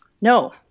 no